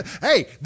Hey